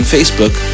Facebook